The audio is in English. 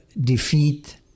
defeat